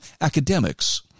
academics